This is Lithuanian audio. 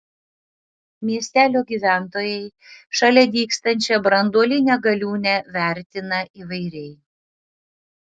miestelio gyventojai šalia dygstančią branduolinę galiūnę vertina įvairiai